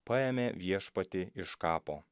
paėmė viešpatį iš kapo